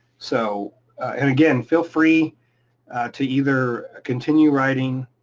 so, and again, feel free to either continue writing,